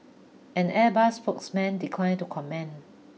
an Airbus spokesman declined to comment